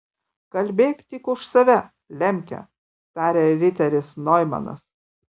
kalbėk tik už save lemke tarė riteris noimanas